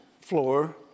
floor